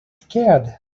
scared